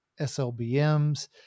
SLBMs